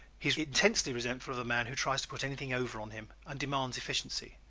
he is intensely resentful of the man who tries to put anything over on him and demands efficiency.